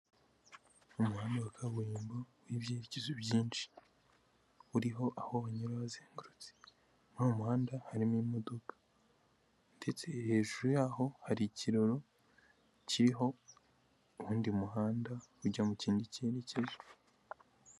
Umuhanda wa kaburimbo w'ibyerekezo byinshi uriho aho banyura bazengurutse, muri uwo muhanda harimo imodoka ndetse hejuru y'aho hari ikiraro kiriho undi muhanda ujya mu kindi cyerekezo.